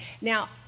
Now